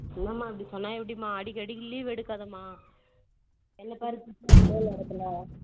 என்னமா இப்படி சொன்னால் எப்படிமா அடிக்கடிக்கு லீவ் எடுக்காதமா என்ன பாரு கஷ்டம் இந்த நேரத்தில்